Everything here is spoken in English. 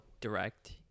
direct